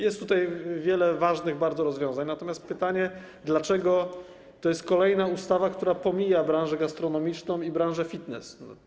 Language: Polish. Jest tutaj wiele bardzo ważnych rozwiązań, natomiast mam pytanie: Dlaczego to jest kolejna ustawa, która pomija branżę gastronomiczną i branżę fitness?